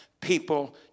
people